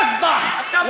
הוא מסית מעל הדוכן.